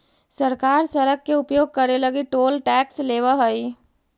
सरकार सड़क के उपयोग करे लगी टोल टैक्स लेवऽ हई